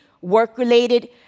work-related